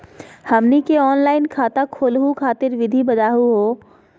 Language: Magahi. हमनी के ऑनलाइन खाता खोलहु खातिर विधि बताहु हो?